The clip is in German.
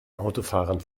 autofahrern